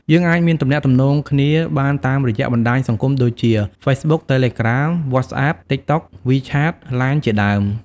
យើងអាចមានទំនាក់ទំនងគ្នាបានតាមរយៈបណ្តាញសង្គមដូចជា Facebook Telegram WhatsApp TikTok WeChat LINE ជាដើម ។